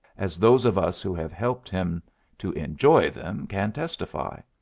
as those of us who have helped him to enjoy them can testify.